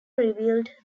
revealed